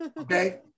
Okay